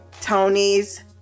tony's